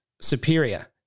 superior